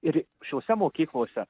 ir šiose mokyklose